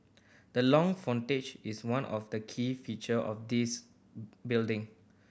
the long frontage is one of the key feature of this building